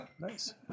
Nice